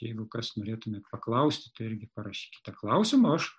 jeigu kas norėtumėt paklaust tai irgi parašykite klausimą o aš